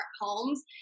homes